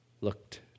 looked